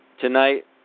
tonight